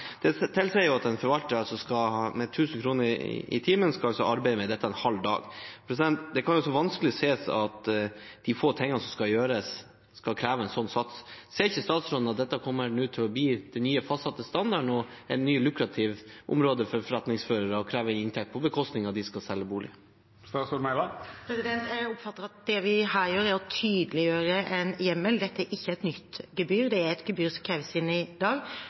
Det tilsier at en forvalter med 1 000 kr i timen skal arbeide med dette i en halv dag. Det kan være vanskelig å se at de få tingene som skal gjøres, skal kreve en sånn sats. Ser ikke statsråden at dette nå kommer til å bli den nye fastsatte standarden og et nytt lukrativt område for forretningsførere å kreve inntekter fra på bekostning av dem som skal selge bolig? Jeg oppfatter at det vi her gjør, er å tydeliggjøre en hjemmel. Dette er ikke et nytt gebyr, det er et gebyr som kreves inn i dag,